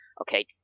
Okay